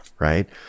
Right